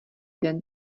den